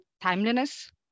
timeliness